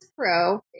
Pro